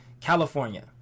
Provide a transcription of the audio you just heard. California